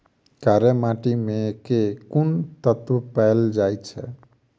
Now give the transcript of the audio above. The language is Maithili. कार्य माटि मे केँ कुन तत्व पैल जाय छै?